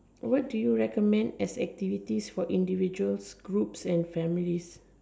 what do you recommend as activities for individuals groups and families